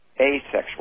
asexual